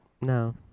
no